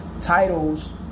titles